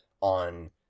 on